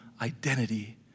identity